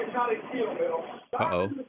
Uh-oh